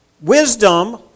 Wisdom